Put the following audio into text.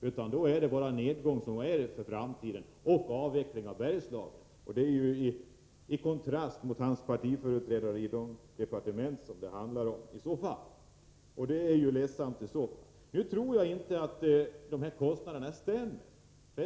Då skulle det bara vara en nedgång och en avveckling av Bergslagen som var aktuell för framtiden. Det står i så fall i kontrast till partiföreträdarna i de departement som det handlar om — och det är lättsamt. Men jag tror inte att uppgifterna om kostnaderna stämmer.